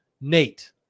Nate